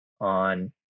on